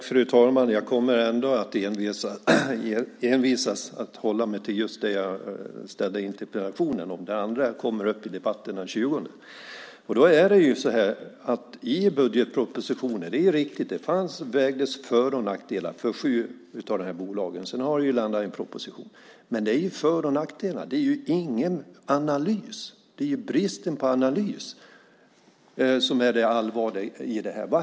Fru talman! Jag kommer ändå att envisas med att hålla mig till just det jag ställde interpellationen om - det andra kommer upp till debatt den 20 juni. I budgetpropositionen vägdes - det är rätt - för och nackdelarna för sju av de här bolagen. Det var i en proposition. Men det är för och nackdelar. Det är ingen analys. Det är bristen på analys som är det allvarliga i det här fallet.